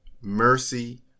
mercy